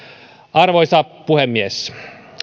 arvoisa puhemies